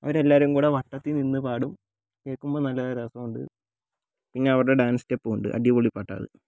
അവരെല്ലാവരും കൂടെ വട്ടത്തിൽ നിന്ന് പാടും കേൾക്കുമ്പോൾ നല്ല രസമുണ്ട് പിന്നെ അവരുടെ ഡാൻസ് സ്റ്റെപ്പുമുണ്ട് അടിപൊളി പാട്ടാണ് അത്